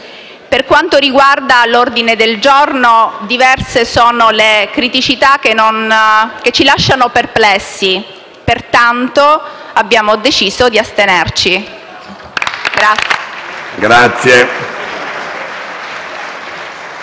Per quanto riguarda l'ordine del giorno G1, diverse sono le criticità che ci lasciano perplessi, pertanto abbiamo deciso di astenerci.